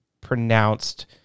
pronounced